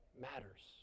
matters